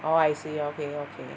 orh I see okay okay